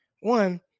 One